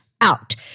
out